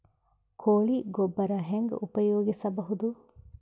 ಕೊಳಿ ಗೊಬ್ಬರ ಹೆಂಗ್ ಉಪಯೋಗಸಬಹುದು?